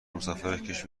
مسافرکش